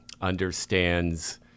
understands